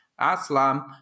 Aslam